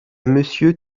monsieur